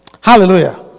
hallelujah